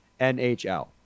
NHL